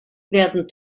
werden